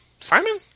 Simon